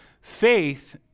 faith